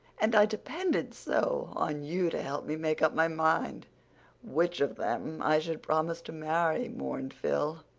and i depended so on you to help me make up my mind which of them i should promise to marry, mourned phil.